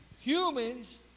humans